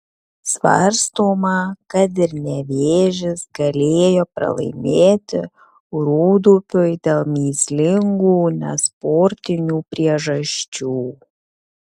svarstoma kad ir nevėžis galėjo pralaimėti rūdupiui dėl mįslingų nesportinių priežasčių